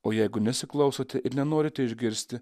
o jeigu nesiklausote ir nenorite išgirsti